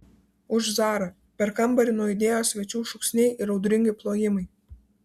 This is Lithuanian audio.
už zarą per kambarį nuaidėjo svečių šūksniai ir audringi plojimai